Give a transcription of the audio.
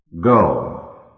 Go